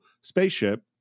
spaceship